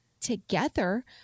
together